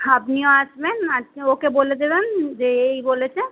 আপনিও আসবেন আর ওকে বলে দেবেন যে এই বলেছে